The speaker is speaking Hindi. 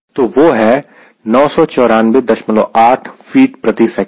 और वह है 9948 फीट प्रति सेकंड